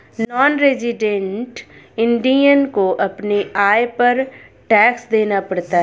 non resident Indian को अपने आय पर टैक्स देना पड़ता है